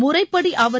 முறைப்படி அவர்